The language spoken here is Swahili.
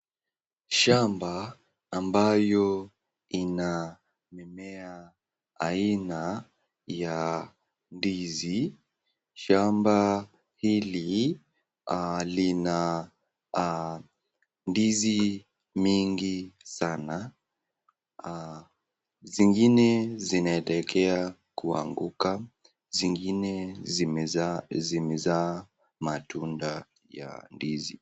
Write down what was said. Shamba ambayo inamimea aina ya ndizi. Shamba hili lina ndizi mingi sana. Zingine zinaelekea kuanguka, zingine zimezaa matunda ya ndizi.